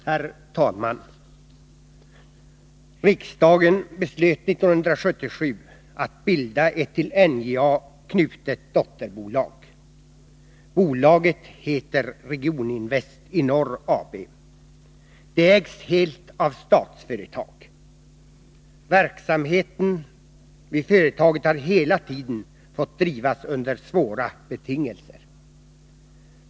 Herr talman! Riksdagen beslöt 1977 att bilda ett till NJA knutet dotterbolag. Bolaget heter Regioninvest i Norr AB. Det ägs helt av Statsföretag. Verksamheten vid företaget har hela tiden fått drivas under svåra betingelser.